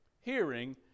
Hearing